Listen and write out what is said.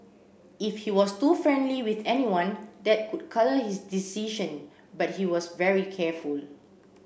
if he was too friendly with anyone that could colour his decision but he was very careful